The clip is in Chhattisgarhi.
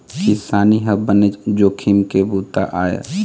किसानी ह बनेच जोखिम के बूता आय